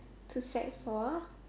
to sec four